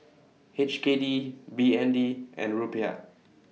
H K D B N D and Rupiah